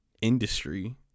industry